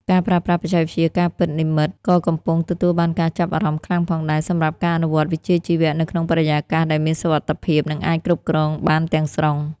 ការប្រើប្រាស់បច្ចេកវិទ្យាការពិតនិម្មិត ក៏កំពុងទទួលបានការចាប់អារម្មណ៍ខ្លាំងផងដែរសម្រាប់ការអនុវត្តវិជ្ជាជីវៈនៅក្នុងបរិយាកាសដែលមានសុវត្ថិភាពនិងអាចគ្រប់គ្រងបានទាំងស្រុង។